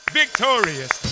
victorious